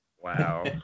Wow